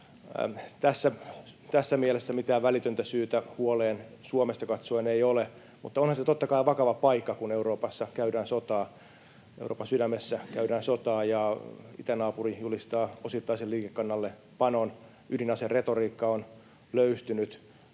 Tässä mielessä mitään välitöntä syytä huoleen Suomesta katsoen ei ole. Mutta onhan se totta kai vakava paikka, kun Euroopan sydämessä käydään sotaa ja itänaapuri julistaa osittaisen liikekannallepanon, ydinaseretoriikka on löystynyt.